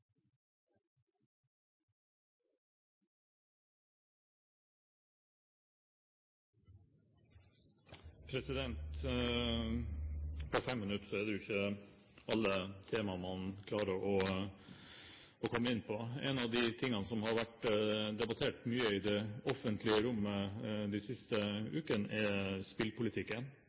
det ikke alle temaer man klarer å komme inn på. En av de tingene som har vært debattert mye i det offentlige rom de siste ukene, er spillpolitikken.